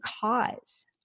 cause